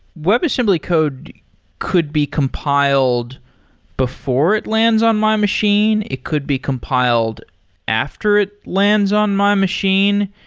webassembly code could be compiled before it lands on my machine. it could be compiled after it lands on my machine.